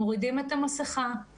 מורידים את המסכה,